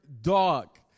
dog